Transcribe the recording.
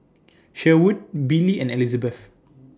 Sherwood Billy and Elizebeth